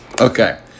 Okay